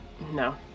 No